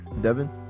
Devin